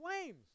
flames